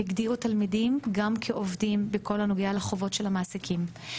הגדירות תלמידים גם כעובדים בכל הנוגע לחובות המעסיקים.